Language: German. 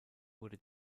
wurde